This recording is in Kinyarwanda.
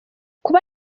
kuba